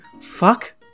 Fuck